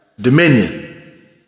dominion